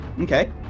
Okay